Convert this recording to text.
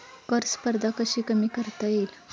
कर स्पर्धा कशी कमी करता येईल?